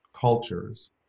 Cultures